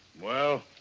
well?